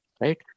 right